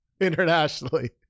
internationally